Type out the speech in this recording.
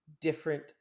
different